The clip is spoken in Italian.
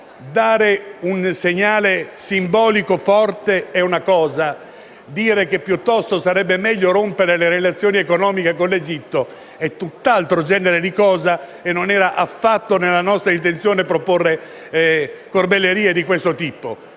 Dare un segnale simbolico forte è una cosa, dire che piuttosto sarebbe meglio rompere le relazioni economiche con l'Egitto è tutt'altro genere di considerazione e non era affatto nella nostra intenzione proporre corbellerie di questo tipo.